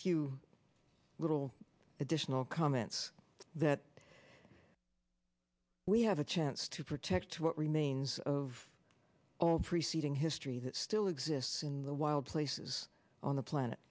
few little additional comments that we have a chance to protect what remains of all preceding history that still exists in the wild places on the planet